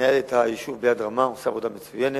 מנהל את היישוב ביד רמה ועושה עבודה מצוינת.